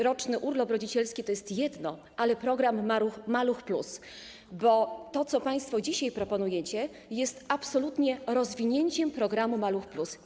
Roczny urlop rodzicielski to jest jedno, ale też program „Maluch+”, bo to, co państwo dzisiaj proponujecie, jest absolutnie rozwinięciem programu „Maluch+”